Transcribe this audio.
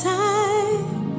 time